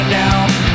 now